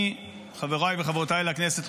חבריי וחברותיי לכנסת,